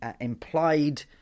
implied